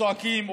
צועקים,